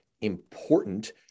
important